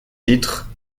titre